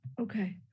Okay